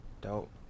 Dope